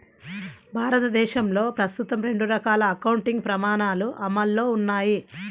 భారతదేశంలో ప్రస్తుతం రెండు రకాల అకౌంటింగ్ ప్రమాణాలు అమల్లో ఉన్నాయి